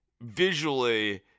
visually